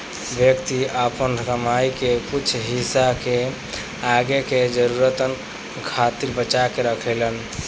व्यक्ति आपन कमाई के कुछ हिस्सा के आगे के जरूरतन खातिर बचा के रखेलेन